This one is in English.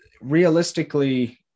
realistically